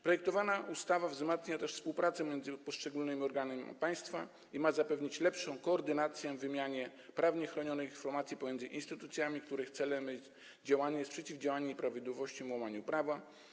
Projektowana ustawa wzmacnia współpracę między poszczególnymi organami państwa i ma zapewnić lepszą koordynację w zakresie wymiany prawnie chronionych informacji pomiędzy instytucjami, których celem jest przeciwdziałanie nieprawidłowościom i łamaniu prawa.